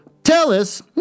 Tellus